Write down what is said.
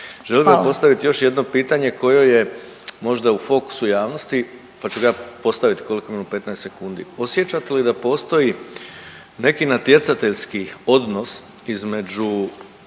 Želim vam postaviti još jedno pitanje koje je možda u fokusu javnosti, pa ću ga ja postavit, koliko imam 15 sekundi. Osjećate li da postoji neki natjecateljski odnos između